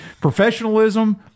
Professionalism